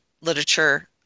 literature